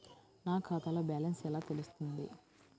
నా ఖాతాలో బ్యాలెన్స్ ఎలా తెలుస్తుంది?